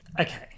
Okay